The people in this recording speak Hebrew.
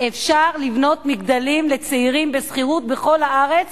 אפשר לבנות מגדלים לצעירים בשכירות בכל הארץ